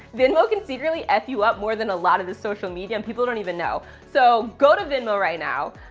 venmo can secretly eff you up more than a lot of the social media and people don't even know. so go to venmo right now,